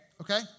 Okay